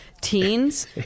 teens